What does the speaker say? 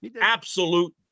Absolute